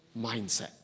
mindset